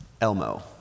Elmo